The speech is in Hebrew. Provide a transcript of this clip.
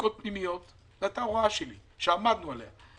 זו הייתה הוראה שלי שעמדנו עליה,